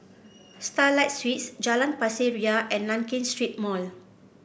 Starlight Suites Jalan Pasir Ria and Nankin Street Mall